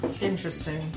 Interesting